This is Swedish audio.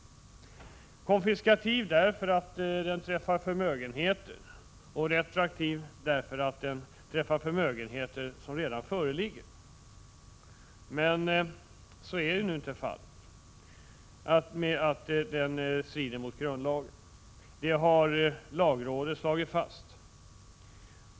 Konfiskatorisk är den därför att den träffar förmögenheter, och retroaktiv är den därför att den träffar förmögenheter som redan föreligger. Men nu är inte fallet att den strider mot grundlagen. Det har lagrådet slagit fast.